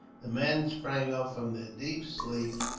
the men sprang up from their deep sleep,